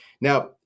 Now